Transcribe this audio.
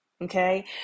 Okay